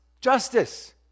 justice